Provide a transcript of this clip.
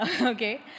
okay